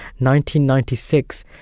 1996